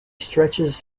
stretches